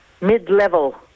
mid-level